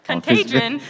Contagion